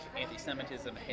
anti-Semitism